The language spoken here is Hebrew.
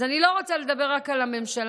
אז אני לא רוצה לדבר רק על הממשלה,